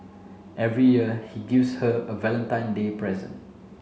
every year he gives her a Valentine Day present